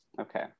Okay